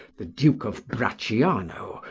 the duke of brachiano,